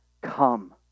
Come